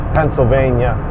Pennsylvania